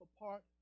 apart